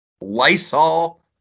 Lysol